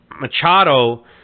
Machado